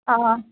ஆ